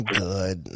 good